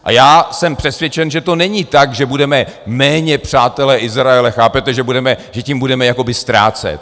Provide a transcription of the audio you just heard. A já jsem přesvědčen, že to není tak, že budeme méně přátelé Izraele, chápete, že tím budeme jakoby ztrácet.